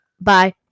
bye